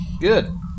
Good